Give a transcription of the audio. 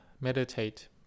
meditate